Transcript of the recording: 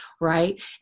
right